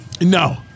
No